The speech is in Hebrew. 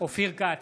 אופיר כץ,